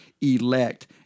elect